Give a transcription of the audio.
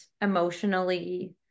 emotionally